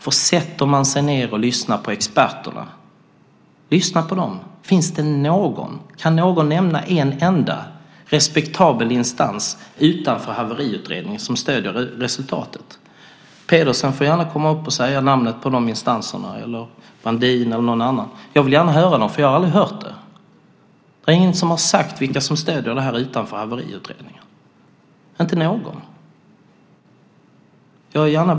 Om man sätter sig ned och lyssnar på experterna så undrar jag: Kan någon nämna en enda respektabel instans utanför haveriutredningen som stöder resultatet? Peter Pedersen, Claes-Göran Brandin eller någon annan får gärna gå upp i talarstolen och nämna namnet på dessa instanser. Jag vill gärna höra det eftersom jag aldrig har hört det. Det är ingen som har sagt vilka utanför haveriutredningen som stöder detta.